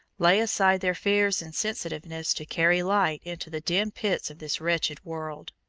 lay aside their fears and sensitiveness to carry light into the dim pits of this wretched world.